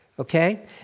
Okay